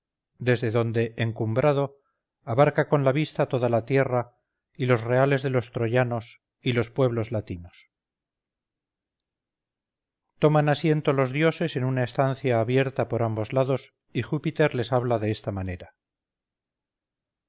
desde donde encumbrado abarca con la vista toda la tierra y los reales de los troyanos y los pueblos latinos toman asiento los dioses en una estancia abierta por ambos lados y júpiter les habla de esta manera